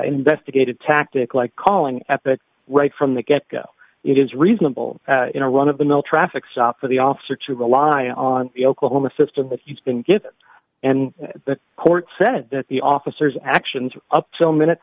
investigated tactic like calling at that right from the get go it is reasonable you know run of the mill traffic stop for the officer to rely on the oklahoma system that you've been given and the court said that the officers actions up till minutes